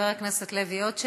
חבר הכנסת לוי, עוד שאלה?